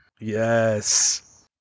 Yes